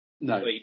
No